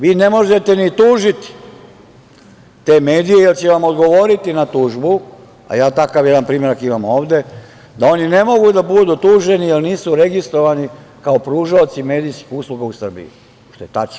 Vi ne možete ni tužiti te medije jer će vam odgovoriti na tužbu, a ja takav jedan primerak imam ovde, da oni ne mogu da budu tuženi jer nisu registrovani kao pružaoci medijskih usluga u Srbiji, što je tačno.